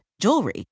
jewelry